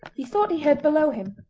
he thought he heard below him,